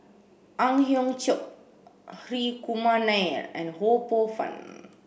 Ang Hiong Chiok Hri Kumar Nair and Ho Poh Fun